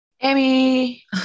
Amy